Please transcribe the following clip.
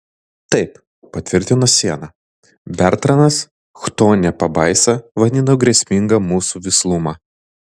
taip patvirtino siena bertranas chtonine pabaisa vadino grėsmingą mūsų vislumą